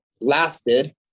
lasted